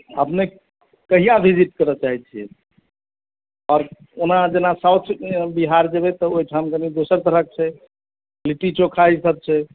अपने कहिया विजिट करय चाहैत छियै ओना जेना साउथ बिहार जेबै तऽ ओहिठाम कनी दोसर तरहक छै लिट्टी चोखा ईसभ छै